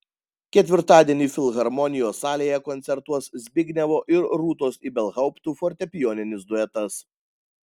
ketvirtadienį filharmonijos salėje koncertuos zbignevo ir rūtos ibelhauptų fortepijoninis duetas